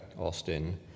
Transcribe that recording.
Austin